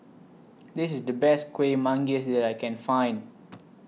This IS The Best Kueh Manggis that I Can Find